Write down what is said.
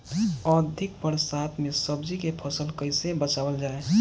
अधिक बरसात में सब्जी के फसल कैसे बचावल जाय?